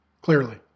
clearly